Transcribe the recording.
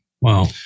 Wow